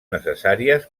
necessàries